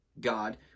God